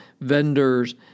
Vendors